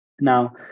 Now